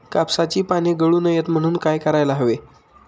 कापसाची पाने गळू नये म्हणून काय करायला हवे?